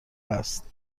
است